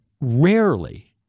rarely